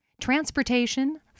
transportation